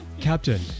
Captain